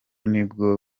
nibwo